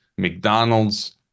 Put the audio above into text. McDonald's